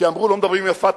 כי אמרו: לא מדברים עם ה"פתח".